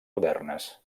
modernes